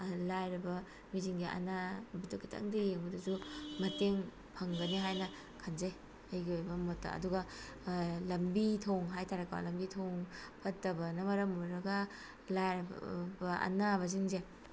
ꯂꯥꯏꯔꯕ ꯃꯤꯁꯤꯡꯁꯦ ꯑꯅꯥꯕꯗꯨ ꯈꯤꯇꯪꯗ ꯌꯦꯡꯕꯗꯁꯨ ꯃꯇꯦꯡ ꯐꯪꯒꯅꯤ ꯍꯥꯏꯅ ꯈꯟꯖꯩ ꯑꯩꯒꯤ ꯑꯣꯏꯕ ꯃꯣꯠꯇ ꯑꯗꯨꯒ ꯂꯝꯕꯤ ꯊꯣꯡ ꯍꯥꯏꯇꯥꯔꯦꯀꯣ ꯂꯝꯕꯤ ꯊꯣꯡ ꯐꯠꯇꯕꯅ ꯃꯔꯝ ꯑꯣꯏꯔꯒ ꯂꯥꯏꯔꯕ ꯑꯅꯥꯕꯁꯤꯡꯁꯦ